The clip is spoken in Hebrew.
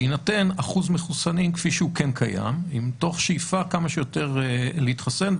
בהינתן אחוז מחוסנים כפי שהוא כן קיים תוך שאיפה כמה שיותר להתחסן,